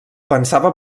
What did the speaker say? pensava